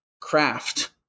craft